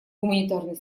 гуманитарной